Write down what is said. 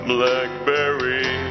Blackberry